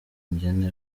ingene